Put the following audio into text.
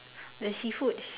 the seafoods